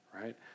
right